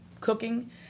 cooking